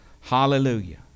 Hallelujah